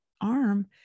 arm